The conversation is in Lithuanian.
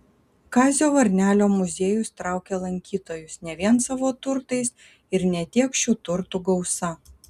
kazio varnelio muziejus traukia lankytojus ne vien savo turtais ir ne tiek šių turtų gausa